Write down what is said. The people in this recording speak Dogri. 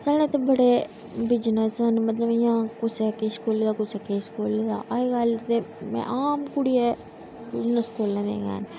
साढ़े ते बड़े बिजनेस न मतलब इ'यां किसै किश खोल्ले दा कुसै किश खोल्ले दा अज्जकल ते आम कुड़ियें बिजनेस खोल्ले दे न